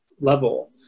level